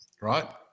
right